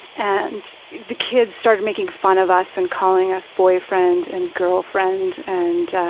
and the kids started making fun of us and calling us boyfriend and girlfriend. and